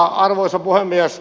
arvoisa puhemies